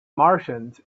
martians